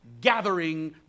gathering